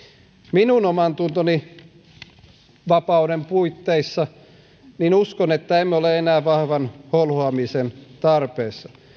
minun omantunnonvapauteni puitteissa uskon että emme ole enää vahvan holhoamisen tarpeessa